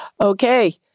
Okay